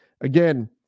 Again